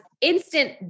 instant